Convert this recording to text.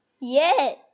Yes